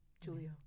Julio